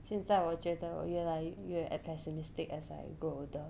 现在我觉得我越来越 act pessimistic as I grow older